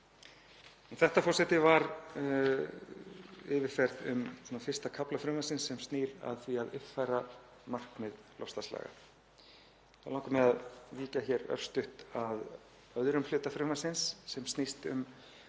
Þetta var yfirferð um fyrsta hluta frumvarpsins sem snýr að því að uppfæra markmið loftslagslaga. Þá langar mig að víkja örstutt að öðrum hluta frumvarpsins sem snýst um